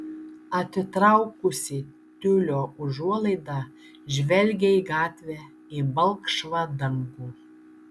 atitraukusi tiulio užuolaidą žvelgia į gatvę į balkšvą dangų